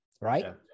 right